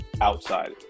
outside